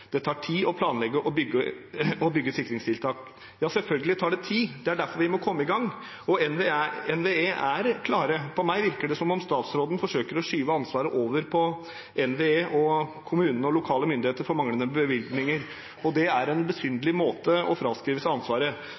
Det tar i tillegg tid å planlegge og bygge sikringstiltak.» Ja, selvfølgelig tar det tid. Det er derfor vi må komme i gang. NVE er klar. For meg virker det som om statsråden forsøker å skyve ansvaret over på NVE og kommunene og lokale myndigheter for manglende bevilgninger, og det er en besynderlig måte å fraskrive seg ansvaret